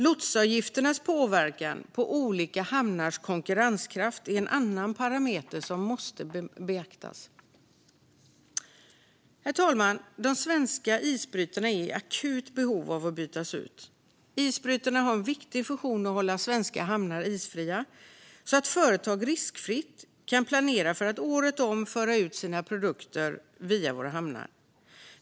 Lotsavgifternas påverkan på olika hamnars konkurrenskraft är en annan parameter som måste beaktas. Herr talman! De svenska isbrytarna är i akut behov av att bytas ut. Isbrytarna har en viktig funktion att hålla svenska hamnar isfria så att företag riskfritt kan planera för att året om föra ut sina produkter via våra hamnar.